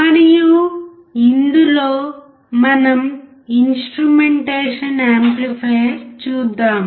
మరియు ఇందులో మనం ఇన్స్ట్రుమెంటేషన్ యాంప్లిఫైయర్ చూద్దాం